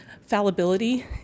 fallibility